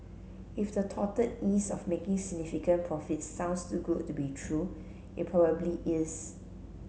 if the touted ease of making significant profits sounds too good to be true it probably is